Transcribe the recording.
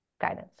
guidance